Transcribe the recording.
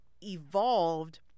evolved